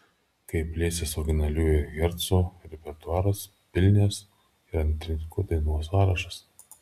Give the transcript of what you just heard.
kai plėsis originaliųjų hercų repertuaras pilnės ir antrininkų dainų sąrašas